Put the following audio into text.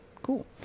Cool